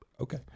okay